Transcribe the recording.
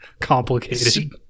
Complicated